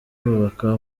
kubaka